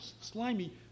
slimy